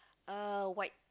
uh white